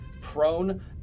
prone